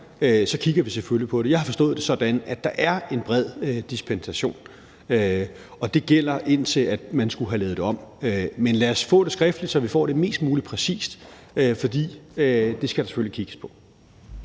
kigger vi selvfølgelig på det. Jeg har forstået det sådan, at der bredt er mulighed for dispensation, og at det gælder, indtil man skulle have lavet det om. Men lad os få spørgsmålet skriftligt, så det bliver besvaret mest muligt præcist, for det skal der selvfølgelig kigges på.